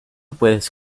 puedes